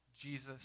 Jesus